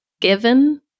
given